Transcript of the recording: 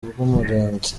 bw’umurenge